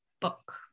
book